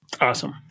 Awesome